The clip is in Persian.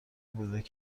بود